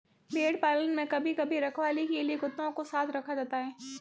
भेड़ पालन में कभी कभी रखवाली के लिए कुत्तों को साथ रखा जाता है